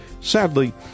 Sadly